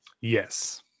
Yes